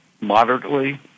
moderately